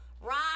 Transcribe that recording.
Ron